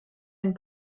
den